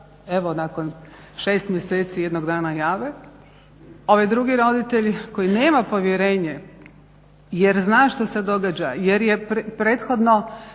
evo nakon 6 mjeseci jednog dana jave, ovaj drugi roditelj koji nema povjerenje jer zna što se događa, jer je prethodno